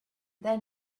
then